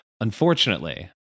unfortunately